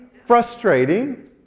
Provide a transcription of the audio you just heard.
Frustrating